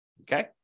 Okay